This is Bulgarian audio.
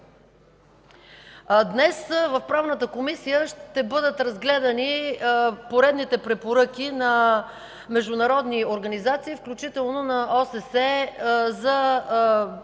Днес в Правната комисия ще бъдат разгледани поредните препоръки на международни организации, включително на ОССЕ за